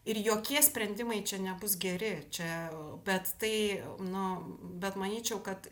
ir jokie sprendimai čia nebus geri čia bet tai nu bet manyčiau kad